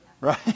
right